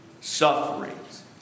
sufferings